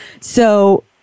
So-